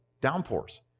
downpours